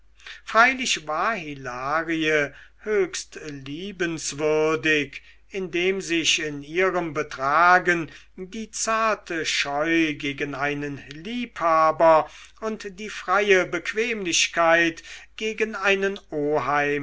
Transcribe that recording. freilich war hilarie höchst liebenswürdig indem sich in ihrem betragen die zarte scheu gegen einen liebhaber und die freie bequemlichkeit gegen einen